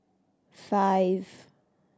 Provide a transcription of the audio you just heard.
five